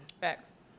Facts